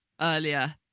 earlier